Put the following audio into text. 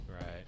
right